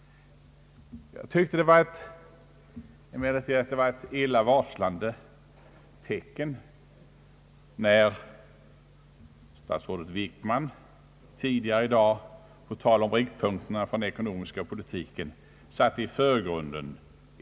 Det var enligt min mening ett illavarslande tecken för den ekonomiska politiken när statsrådet Wickman tidigare i dag på tal om riktpunkterna för densamma satte inkomstutjämningen i förgrunden.